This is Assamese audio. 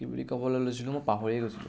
কি বুলি ক'বলৈ লৈছিলোঁ মই পাহৰিয় গৈছিলোঁ